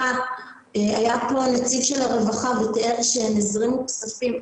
היה פה נציג של משרד הרווחה ותיאר שהם הזרימו כספים.